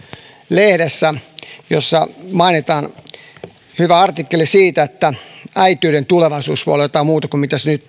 lehdessä on hyvä artikkeli siitä että äitiyden tulevaisuus voi olla jotain muuta kuin mitä se nyt